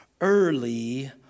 Early